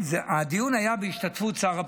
הדיון היה בהשתתפות שר הפנים,